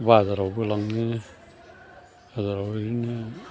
बाजारावबो लाङो बाजाराव ओरैनो